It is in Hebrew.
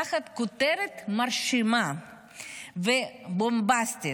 תחת הכותרת המרשימה והבומבסטית